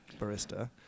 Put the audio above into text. barista